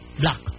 black